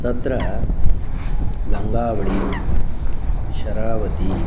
तत्र गङ्गावळी शरावती